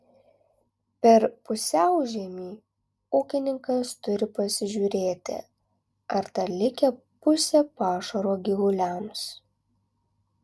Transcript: per pusiaužiemį ūkininkas turi pasižiūrėti ar dar likę pusė pašaro gyvuliams